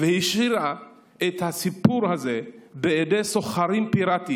והשאירה את הסיפור הזה בידי סוחרים פיראטיים,